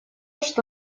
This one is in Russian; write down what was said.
что